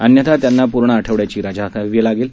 अन्यथा त्यांना पूर्ण आठवड्याची रजा द्यावी लागेल